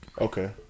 Okay